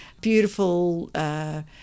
beautiful